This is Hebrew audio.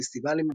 פסטיבלים,